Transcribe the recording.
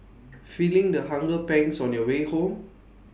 feeling the hunger pangs on your way home